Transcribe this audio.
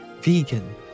vegan